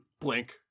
Blink